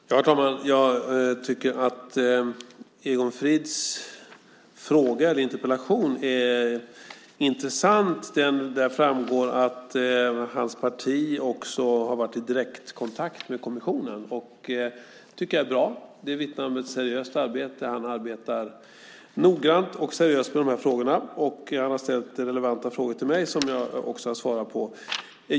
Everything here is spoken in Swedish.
Herr talman! Jag tycker att Egon Frids interpellation är intressant. Där framgår att hans parti också har varit i direktkontakt med kommissionen. Det tycker jag är bra. Det vittnar om ett seriöst arbete. Egon Frid arbetar noggrant och seriöst med de här frågorna, och han har ställt relevanta frågor till mig, som jag också har svarat på.